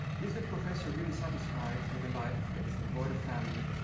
is the professor really satisfied with a life that is devoid of family,